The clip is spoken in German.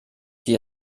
sie